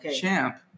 champ